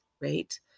right